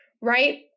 right